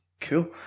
Cool